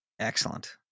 Excellent